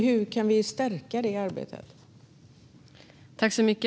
Hur kan vi stärka detta arbete?